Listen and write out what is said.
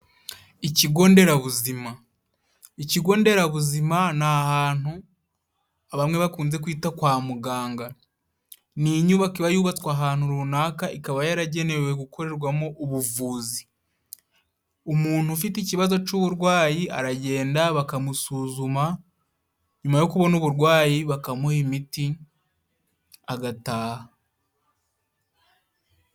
Ikigo nderabuzima, ikigo nderabuzima ni ahantu bamwe bakunze kwita kwa muganga. Ni inyubako iba yubatswe ahantu runaka, ikaba yaragenewe gukorerwamo ubuvuzi. Umuntu ufite ikibazo c’uburwayi aragenda, bakamusuzuma, nyuma yo kubona uburwayi, bakamuha imiti, agataha.